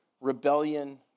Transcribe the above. rebellion